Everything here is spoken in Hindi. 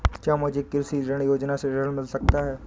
क्या मुझे कृषि ऋण योजना से ऋण मिल सकता है?